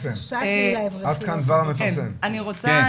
אני רוצה